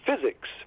physics